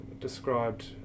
described